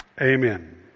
amen